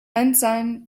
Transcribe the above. ensign